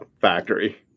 factory